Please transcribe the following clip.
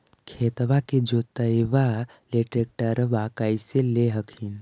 खेतबा के जोतयबा ले ट्रैक्टरबा कैसे ले हखिन?